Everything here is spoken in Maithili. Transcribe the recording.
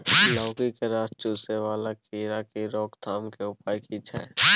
लौकी के रस चुसय वाला कीरा की रोकथाम के उपाय की छै?